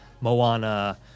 Moana